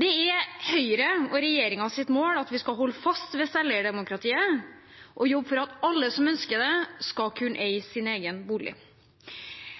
Det er Høyre og regjeringens mål at vi skal holde fast ved selveierdemokratiet og jobbe for at alle som ønsker det, skal kunne eie sin egen bolig.